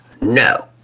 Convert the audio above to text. no